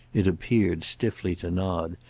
it appeared stiffly to nod,